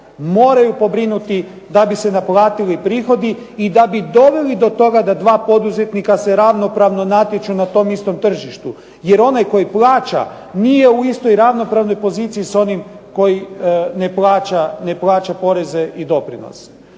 moraju pobrinuti da bi se naplatili prihodi i da bi doveli do toga da dva poduzetnika se ravnopravno natječu na tom istom tržištu, jer onaj koji plaća nije u istoj ravnopravnoj poziciji s onim koji ne plaća poreze i doprinose.